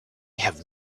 have